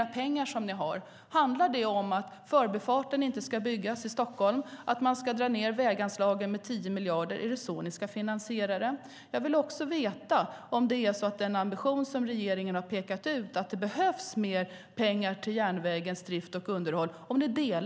De pengar som ni har mer, handlar det om att Förbifart Stockholm inte ska byggas och att man ska dra ned väganslagen med 10 miljarder kronor? Är det så ni ska finansiera det hela? Jag vill också veta om ni delar den ambition som regeringen har pekat ut, att det behövs mer pengar till järnvägens drift och underhåll.